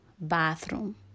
bathroom